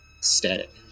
static